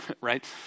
right